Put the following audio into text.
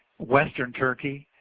western turkey